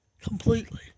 Completely